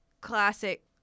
classic